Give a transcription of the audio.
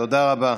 תודה רבה.